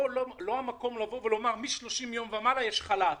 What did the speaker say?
פה לא המקום לומר: מ-30 ימים ומעלה יש חל"ת.